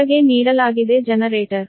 ಕೆಳಗೆ ನೀಡಲಾಗಿದೆ ಜನರೇಟರ್